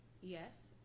Yes